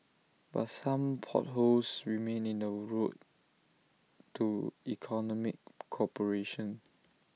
but some potholes remain in the road to economic cooperation